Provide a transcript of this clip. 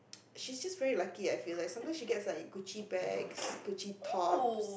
she's just very lucky I feel like sometimes she gets like Gucci bags Gucci tops